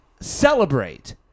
celebrate